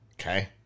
Okay